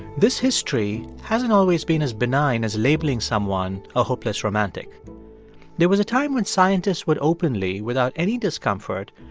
this history hasn't always been as benign as labeling someone a hopeless romantic there was a time when scientists would openly, without any discomfort,